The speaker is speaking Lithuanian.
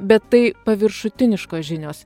bet tai paviršutiniškos žinios